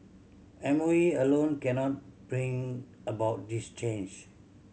M O E alone cannot bring about this change